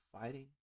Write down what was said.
fighting